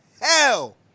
hell